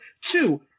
Two